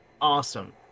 awesome